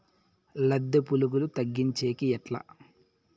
లద్దె పులుగులు తగ్గించేకి ఎట్లా?